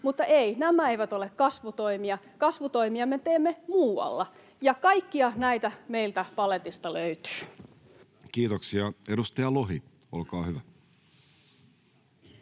Mutta ei, nämä eivät ole kasvutoimia. Kasvutoimia me teemme muualla, ja kaikkia näitä meiltä paletista löytyy. [Speech 19] Speaker: Jussi Halla-aho